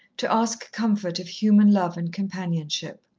to ask comfort of human love and companionship.